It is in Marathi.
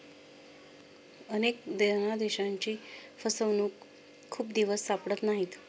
अनेक धनादेशांची फसवणूक खूप दिवस सापडत नाहीत